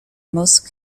most